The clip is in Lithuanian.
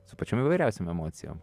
su pačiom įvairiausiom emocijom